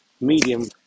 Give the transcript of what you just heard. medium